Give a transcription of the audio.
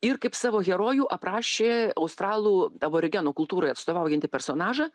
ir kaip savo herojų aprašė australų aborigenų kultūrai atstovaujantį personažą